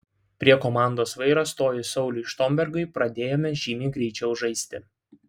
prie komandos vairo stojus sauliui štombergui pradėjome žymiai greičiau žaisti